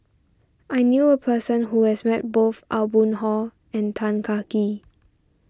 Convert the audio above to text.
I knew a person who has met both Aw Boon Haw and Tan Kah Kee